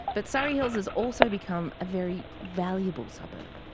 but surry hills has also become a very valuable suburb.